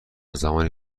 زمانی